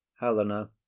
helena